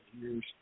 years